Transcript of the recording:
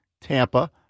Tampa